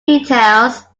details